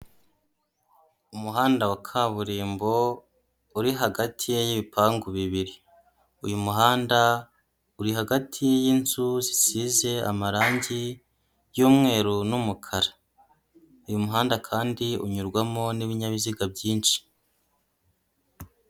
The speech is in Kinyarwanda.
Umuhanda wa kaburimbo uri hagati y'ibipangu bibiri, uyu muhanda uri hagati y'inzu zisize amarangi y'umweru n'umukara, uyu muhanda kandi unyurwamo n'ibinyabiziga byinshi.